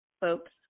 folks